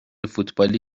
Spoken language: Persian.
فوتبالی